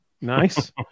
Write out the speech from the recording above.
Nice